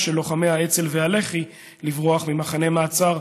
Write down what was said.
של לוחמי האצ"ל והלח"י לברוח ממחנה מעצר